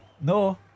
no